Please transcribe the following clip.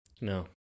No